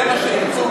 זה מה שירצו,